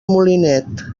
molinet